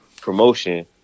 promotion